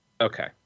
Okay